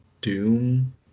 doom